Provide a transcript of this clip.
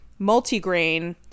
Multigrain